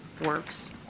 works